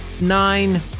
nine